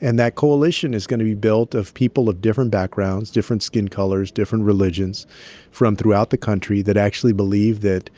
and that coalition is going to be built of people of different backgrounds, different skin colors, different religions from throughout the country that actually believe that